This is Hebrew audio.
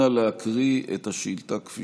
נא להקריא את השאילתה כפי שהיא.